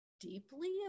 deeply